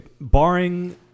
barring